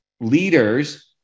leaders